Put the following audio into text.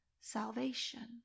salvation